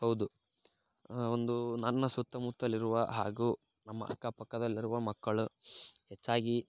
ಹೌದು ಒಂದು ನನ್ನ ಸುತ್ತಮುತ್ತಲಿರುವ ಹಾಗೂ ನಮ್ಮ ಅಕ್ಕ ಪಕ್ಕದಲ್ಲಿರುವ ಮಕ್ಕಳು ಹೆಚ್ಚಾಗಿ